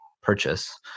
purchase